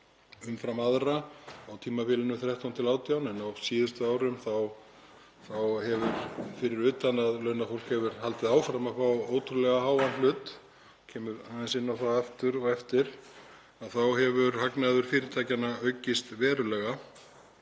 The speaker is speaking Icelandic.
umfram aðra á tímabilinu 2013–2018, en á síðustu árum hefur — fyrir utan að launafólk hefur haldið áfram að fá ótrúlega háan hlut, ég kem aðeins inn á það aftur á eftir — þá hefur hagnaður fyrirtækjanna aukist verulega.